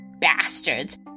bastards